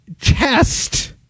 test